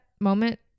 moment